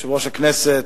יושב-ראש הכנסת,